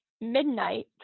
Midnight